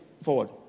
forward